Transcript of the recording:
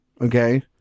Okay